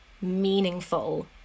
meaningful